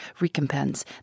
recompense